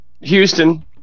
Houston